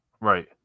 Right